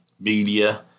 media –